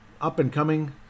up-and-coming